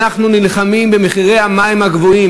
אנחנו נלחמים במחירי המים הגבוהים.